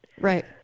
Right